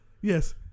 Yes